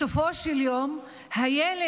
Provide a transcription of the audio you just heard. בסופו של יום הילד